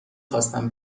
خواستم